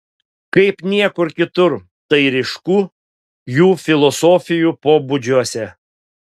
kaip niekur kitur tai ryšku jų filosofijų pobūdžiuose